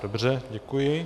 Dobře, děkuji.